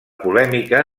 polèmica